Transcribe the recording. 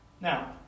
Now